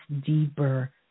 deeper